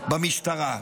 במשטרה: